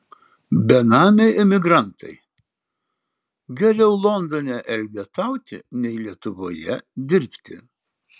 benamiai emigrantai geriau londone elgetauti nei lietuvoje dirbti